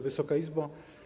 Wysoka Izbo!